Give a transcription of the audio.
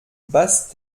basse